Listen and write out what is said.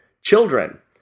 children